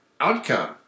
outcome